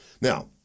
Now